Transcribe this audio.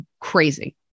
crazy